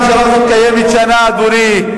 הממשלה הזאת קיימת שנה, אדוני.